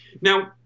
Now